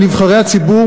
על נבחרי הציבור,